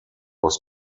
was